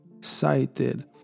cited